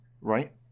Right